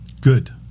Good